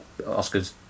Oscars